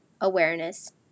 awareness